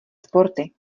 sporty